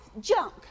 junk